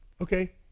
Okay